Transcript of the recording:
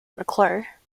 mcclure